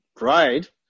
right